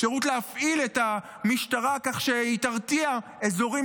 אפשרות להפעיל את המשטרה כך שהיא תרתיע אזורים